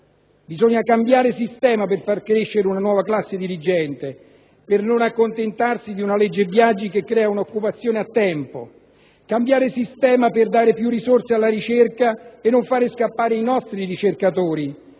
Bisogna cambiare sistema per far crescere una nuova classe dirigente, per non accontentarsi di una legge Biagi che crea una occupazione a tempo; cambiare sistema per dare più risorse alla ricerca e non per far scappare i nostri ricercatori;